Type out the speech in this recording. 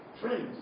friends